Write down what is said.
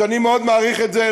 ואני מאוד מעריך את זה,